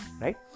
right